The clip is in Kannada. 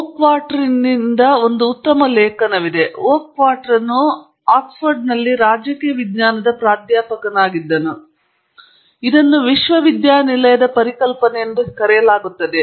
ಓಕ್ಶಾಟ್ರಿಂದ ಉತ್ತಮ ಲೇಖನವಿದೆ ಓಕ್ಶಾಟ್ನನ್ನು ಆಕ್ಸ್ಫರ್ಡ್ನಲ್ಲಿ ರಾಜಕೀಯ ವಿಜ್ಞಾನದ ಪ್ರಾಧ್ಯಾಪಕರಾಗಿ ಬಳಸಲಾಗುತ್ತಿತ್ತು ಮತ್ತು ಇದನ್ನು ವಿಶ್ವವಿದ್ಯಾನಿಲಯದ ಕಲ್ಪನೆ ಎಂದು ಕರೆಯಲಾಗುತ್ತದೆ